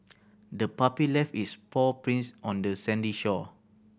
the puppy left its paw prints on the sandy shore